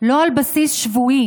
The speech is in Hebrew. לא על בסיס שבועי